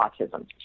autism